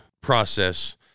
process